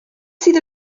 sydd